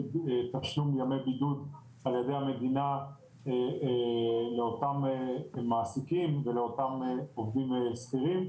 תשלום ימי בידוד על ידי המדינה לאותם מעסיקים ולאותם עובדים שכירים,